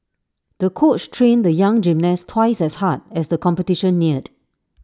the coach trained the young gymnast twice as hard as the competition neared